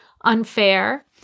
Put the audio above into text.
unfair